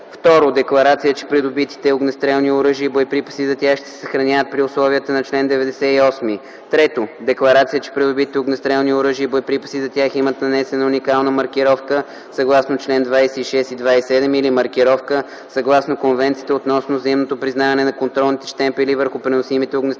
2. декларация, че придобитите огнестрелни оръжия и боеприпаси за тях ще се съхраняват при условията на чл. 98; 3. декларация, че придобитите огнестрелни оръжия и боеприпаси за тях имат нанесена уникална маркировка съгласно чл. 26 и 27 или маркировка, съгласно Конвенцията относно взаимното признаване на контролните щемпели върху преносимите огнестрелни оръжия,